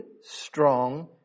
strong